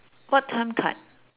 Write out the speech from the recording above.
what time card